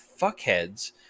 fuckheads